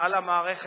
על המערכת